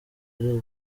ari